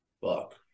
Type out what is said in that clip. Fuck